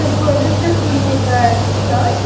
تۄہہِ کر حظ گژھیو نوٚو بیچ سِٹاٹ